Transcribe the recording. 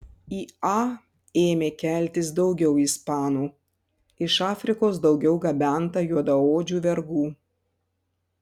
į a ėmė keltis daugiau ispanų iš afrikos daugiau gabenta juodaodžių vergų